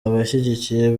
abashyigikiye